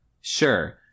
sure